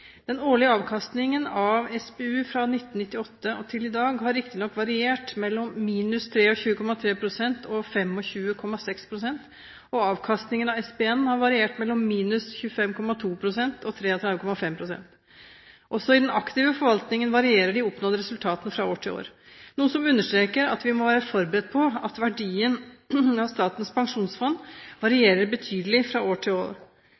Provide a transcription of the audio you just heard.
Den årlige avkastningen av SPU fra 1998 og til i dag har riktignok variert mellom minus 23,3 pst. og 25,6 pst., og avkastningen av SPN har variert mellom minus 25,2 pst. og 33,5 pst. Også i den aktive forvaltningen varierer de oppnådde resultatene fra år til år, noe som understreker at vi må være forberedt på at verdien av Statens pensjonsfond varierer betydelig fra år til år.